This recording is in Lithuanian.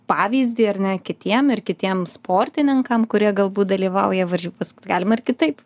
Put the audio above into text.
pavyzdį ar ne kitiem ir kitiem sportininkam kurie galbūt dalyvauja varžybos galima ir kitaip